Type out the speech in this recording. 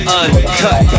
uncut